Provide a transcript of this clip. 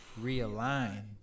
realign